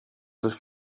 τους